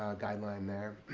um guideline there?